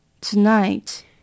Tonight